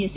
S